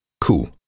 cool